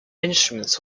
instruments